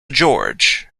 george